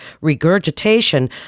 regurgitation